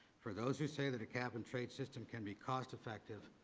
for those who say that a cap-and-trade systems can be cost effective,